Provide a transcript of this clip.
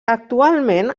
actualment